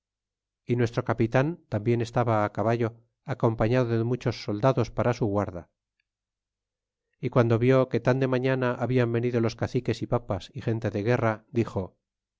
y nuestro capitan tambien estaba á caballo acompañado de muchos soldados para su guarda y cuando vió que tan de mañana habian venido los caciques y papas y gente de guerra d ixo